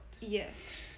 Yes